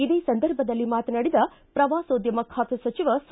ಇದೇ ಸಂದರ್ಭದಲ್ಲಿ ಮಾತನಾಡಿದ ಪ್ರವಾಸೋದ್ಧಮ ಖಾತೆ ಸಚಿವ ಸಾ